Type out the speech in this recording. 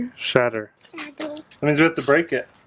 shatter let me through it to break it